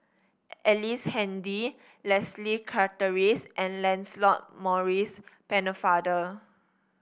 Ellice Handy Leslie Charteris and Lancelot Maurice Pennefather